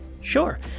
sure